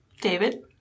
David